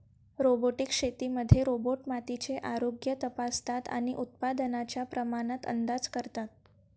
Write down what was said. robotic शेतीमध्ये robot मातीचे आरोग्य तपासतात आणि उत्पादनाच्या प्रमाणात अंदाज करतात